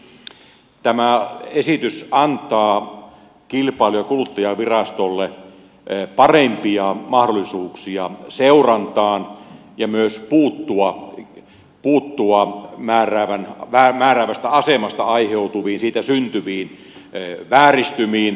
ensinnäkin tämä esitys antaa kilpailu ja kuluttajavirastolle parempia mahdollisuuksia seurantaan ja myös puuttua määräävästä asemasta aiheutuviin siitä syntyviin vääristymiin